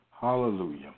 Hallelujah